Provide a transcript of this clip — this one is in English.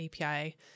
API